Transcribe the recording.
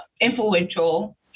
influential